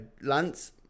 Lance